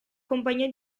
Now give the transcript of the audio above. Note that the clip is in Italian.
compagnia